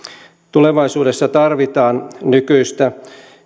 tulevaisuudessa tarvitaan nykyistä